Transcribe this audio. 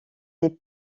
des